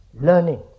learning